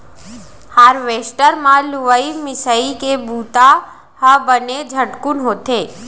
harvester म लुवई मिंसइ के बुंता ह बने झटकुन होथे